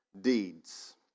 deeds